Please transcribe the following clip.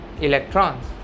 electrons